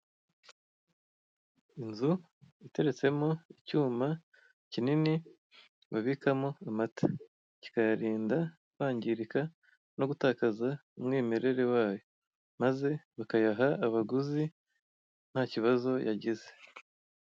Inzu iteretsemo icyuma kinini babikamo amata; kikayarinda kwangirika no gutakaza umwimere wayo, maze bakayaha abaguzi ntakibazo yagize.